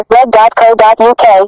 Red.co.uk